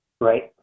right